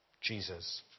Jesus